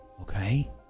Okay